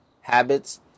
habits